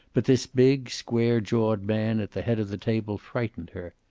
but this big square-jawed man at the head of the table frightened her.